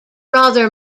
rather